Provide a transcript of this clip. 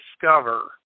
discover